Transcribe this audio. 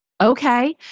Okay